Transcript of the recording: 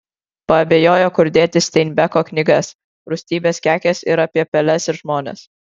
paabejojo kur dėti steinbeko knygas rūstybės kekės ir apie peles ir žmones